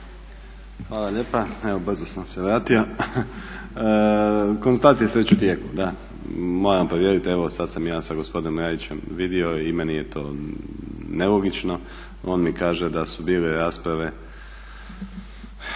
Hvala lijepa. Evo brzo sam se vratio. Konzultacije su već u tijeku. Moram provjeriti, evo sad sam ja sa gospodinom Rajićem vidio i meni je to nelogično. On mi kaže da su bile rasprave